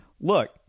look